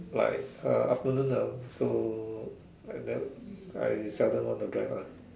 like uh afternoon ah so I never I seldom want to drive ah